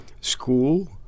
School